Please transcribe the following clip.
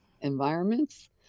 environments